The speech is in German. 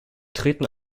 treten